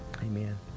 amen